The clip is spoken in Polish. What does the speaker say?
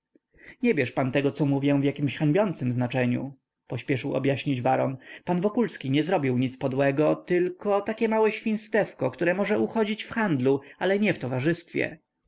nie bierz pan tego co mówię w jakiemś hańbiącem znaczeniu pośpieszył objaśnić baron pan wokulski nie zrobił nic podłego tylko takie małe świństewko które może uchodzić w handlu ale nie w towarzystwie